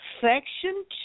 Section